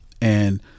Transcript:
and-